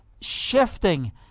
shifting